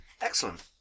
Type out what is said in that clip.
Excellent